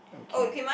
okay